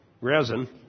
resin